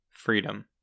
Freedom